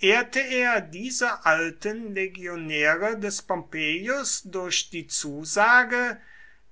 ehrte er diese alten legionäre des pompeius durch die zusage